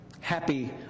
Happy